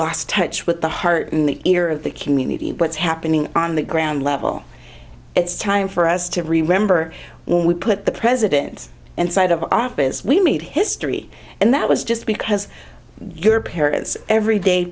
lost touch with the heart in the ear of the community what's happening on the ground level it's time for us to remember when we put the president and side of office we made history and that was just because your parents every day